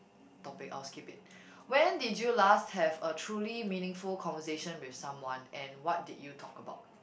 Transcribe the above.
topic I was keep it when did you last have a truly meaningful conversation with someone and what did you talk about